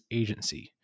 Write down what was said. agency